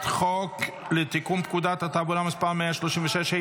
חוק לתיקון פקודת התעבורה (מס' 136),